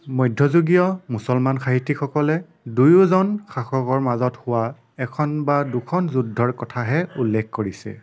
মধ্যযুগীয় মুছলমান সাহিত্যিকসকলে দুয়োজন শাসকৰ মাজত হোৱা এখন বা দুখন যুদ্ধৰ কথাহে উল্লেখ কৰিছে